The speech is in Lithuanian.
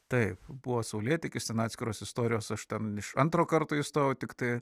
taip buvo saulėtekis ten atskiros istorijos aš ten iš antro karto įstojau tiktai